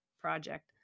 project